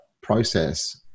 process